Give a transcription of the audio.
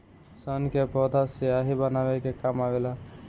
सन के पौधा स्याही बनावे के काम आवेला